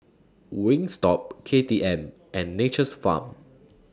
Wingstop K T M and Nature's Farm